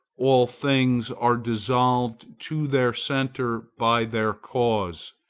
all things are dissolved to their centre by their cause,